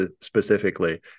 specifically